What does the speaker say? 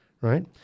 right